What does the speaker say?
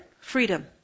freedom